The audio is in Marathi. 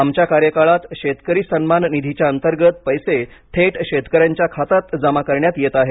आमच्या कार्यकाळात शेतकरी सन्मान निधीच्या अंतर्गत पैसे थेट शेतकऱ्यांच्या खात्यात जमा करण्यात येत आहे